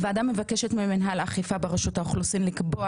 הוועדה ממבקשת ממינהל האכיפה ברשות האוכלוסין לקבוע